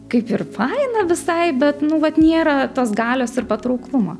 kaip ir faina visai bet nu vat nėra tos galios ir patrauklumo